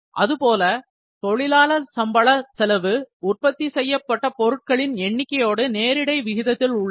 அதுபோல தொழிலாளர் சம்பள செலவு உற்பத்தி செய்யப்பட்ட பொருட்களின் எண்ணிக்கையோடு நேரிடை விகிதத்தில் உள்ளது